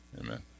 Amen